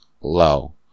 low